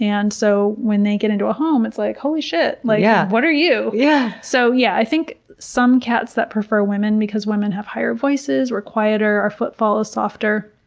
and so when they get into a home it's like, holy shit, like yeah what are you? yeah so yeah, i think some cats prefer women because women have higher voices, we're quieter, our footfall is softer.